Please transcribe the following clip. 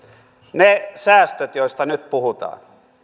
ne säästöt joista nyt puhutaan